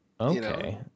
okay